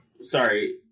sorry